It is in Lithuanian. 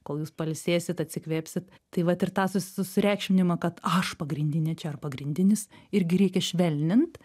kol jūs pailsėsit atsikvėpsit tai vat ir tą sus susireikšminimą kad aš pagrindinė čia ar pagrindinis irgi reikia švelnint